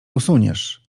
usuniesz